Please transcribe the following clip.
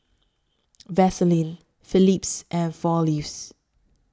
Vaseline Phillips and four Leaves